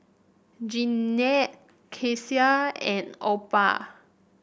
Jeannette Kecia and Opha